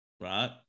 right